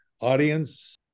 audience